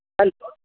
hello